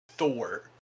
Thor